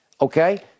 Okay